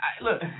look